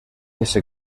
ese